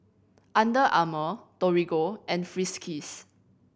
Under Armour Torigo and Friskies